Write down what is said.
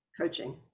coaching